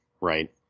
right